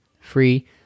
Free